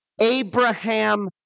Abraham